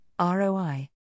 ROI